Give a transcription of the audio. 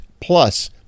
plus